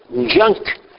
junk